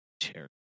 chair